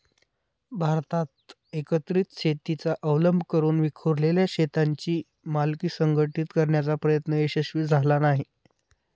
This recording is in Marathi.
भारतात एकत्रित शेतीचा अवलंब करून विखुरलेल्या शेतांची मालकी संघटित करण्याचा प्रयत्न यशस्वी झाला नाही